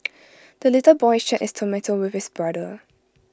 the little boy shared his tomato with his brother